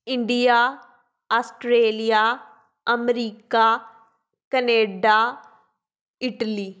India Australia America Canada Italy